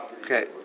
Okay